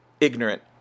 ignorant